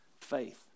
faith